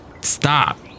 Stop